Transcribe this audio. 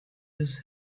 his